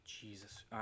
Jesus